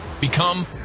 Become